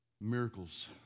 miracles